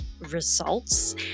results